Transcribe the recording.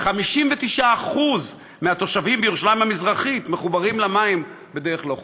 59% מהתושבים בירושלים המזרחית מחוברים למים בדרך לא חוקית.